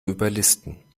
überlisten